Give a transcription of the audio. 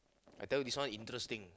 I tell you this one interesting